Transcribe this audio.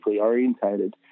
orientated